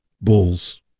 Bulls